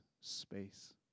space